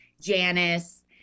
Janice